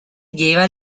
lleva